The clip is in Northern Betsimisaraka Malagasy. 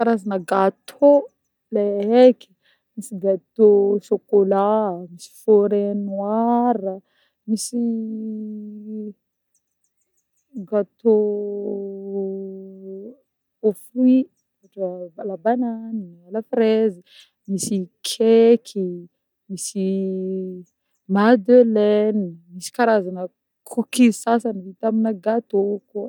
Karazagna gatô le eky: misy gatô chocolat, misy forêt noire, misy gatô aux fruits ôhatra à la banane, à la frezy, misy cake, misy madeleine, misy karazagna cookies sasany vita amina gatô koà.